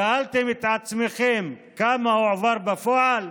שאלתם את עצמכם כמה הועבר בפועל?